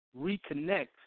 reconnect